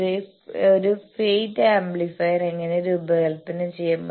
ഒരു FET amplifier എങ്ങനെ രൂപകൽപ്പന ചെയ്യാം